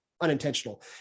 unintentional